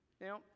Now